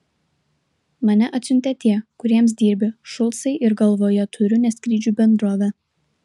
mane atsiuntė tie kuriems dirbi šulcai ir galvoje turiu ne skrydžių bendrovę